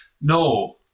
No